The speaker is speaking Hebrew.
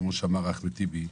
כמו שאמר אחמד טיבי,